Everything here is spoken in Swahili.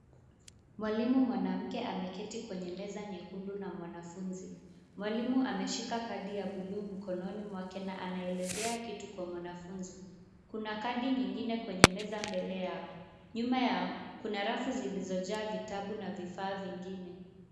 Mwalimu mwanamke ameketi kwenye meza nyekundu na mwanafunzi. Mwalimu ameshika kadi ya blue mikononi mwake na anaelezea kitu kwa mwanafunzi. Kuna kadi nyingine kwenye meza mbele yao. Nyuma yao ,kuna rafu zilizojaa vitabu na vifaa vingine.